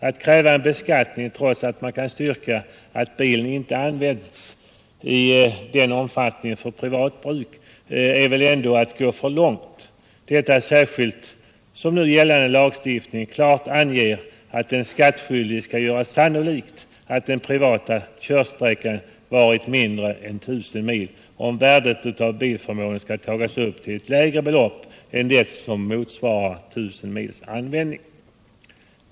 AU kräva en beskattning, trots att man kan styrka att bilen inte använts i ifrågavarande omfattning för privat bruk är väl ändå att gå för långt, särskilt som gällande lag klart anger att den skattskyldige skall göra sannolikt att den privata körsträckan har varit mindre in 1000 mil, om värdet av bilförmån skall kunna tas upp till ett lägre belopp än det som motsvarar 1 000 mils användning.